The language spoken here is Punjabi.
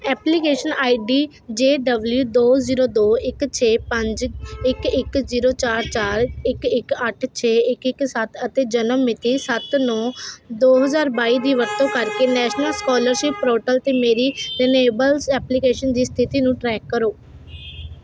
application I D J W ਦੋ ਜ਼ੀਰੋ ਦੋ ਇੱਕ ਛੇ ਪੰਜ ਇੱਕ ਇੱਕ ਜ਼ੀਰੋ ਚਾਰ ਚਾਰ ਇੱਕ ਇੱਕ ਅੱਠ ਛੇ ਇੱਕ ਇੱਕ ਸੱਤ ਅਤੇ ਜਨਮ ਮਿਤੀ ਸੱਤ ਨੌਂ ਦੋ ਹਜ਼ਾਰ ਬਾਈ ਦੀ ਵਰਤੋਂ ਕਰਕੇ ਨੈਸ਼ਨਲ ਸਕਾਲਰਸ਼ਿਪ ਪੋਰਟਲ 'ਤੇ ਮੇਰੀ ਰਿਨਿਵੇਲਸ ਐਪਲੀਕੇਸ਼ਨ ਦੀ ਸਥਿਤੀ ਨੂੰ ਟਰੈਕ ਕਰੋ